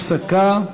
הפסקה.